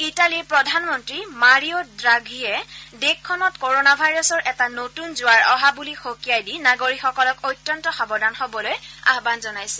ইটালীৰ প্ৰধানমন্ত্ৰী মাৰিঅ' দ্ৰাঘীয়ে দেশখনত ক'ৰ'না ভাইৰাছৰ এটা নতুন জোৱাৰ অহা বুলি সকিয়াই দি নাগৰিকসকলক অত্যন্ত সাৱধান হ'বলৈ আহ্বান জনাইছে